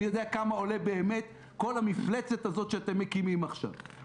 אני יודע כמה עולה באמת כל המפלצת הזאת שאתם מקימים עכשיו -- יאיר,